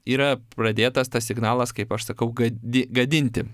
yra pradėtas tas signalas kaip aš sakau gadi gadinti